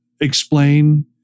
explain